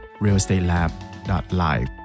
realestatelab.live